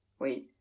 Wait